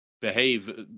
behave